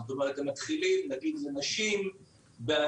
זאת אומרת הם מתחילים נגיד לנשים בשלושה